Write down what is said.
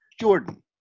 Jordan